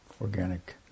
organic